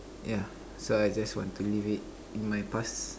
yeah so I just want to leave it in my past